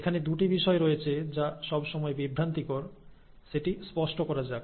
এখানে দুটি বিষয় রয়েছে যা সব সময় বিভ্রান্তিকর সেটিকে স্পষ্ট করা যাক